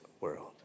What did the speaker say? world